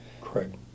Correct